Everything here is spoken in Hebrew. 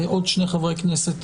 חבר הכנסת